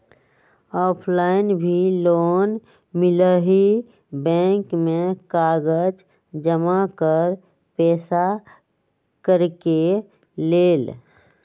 Offline भी loan मिलहई bank में कागज जमाकर पेशा करेके लेल?